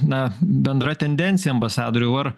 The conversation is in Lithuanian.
na bendra tendencija ambasadoriau ar